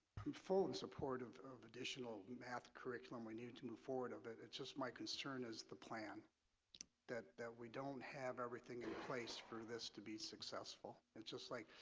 fully supportive of additional math curriculum. we need to move forward of it. it's just my concern is the plan that that we don't have everything in place for this to be successful. it's just like